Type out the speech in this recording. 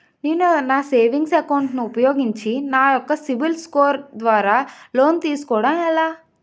నేను నా savings account ను ఉపయోగించి నా యెక్క సిబిల్ స్కోర్ ద్వారా లోన్తీ సుకోవడం ఎలా?